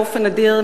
באופן נדיר,